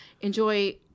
enjoy